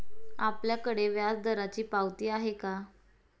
आपल्याकडे व्याजदराची पावती आहे का?